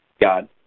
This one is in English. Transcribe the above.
God